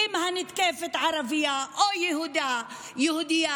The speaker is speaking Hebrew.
אם הנתקפת ערבייה או יהודייה,